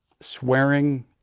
swearing